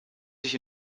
sich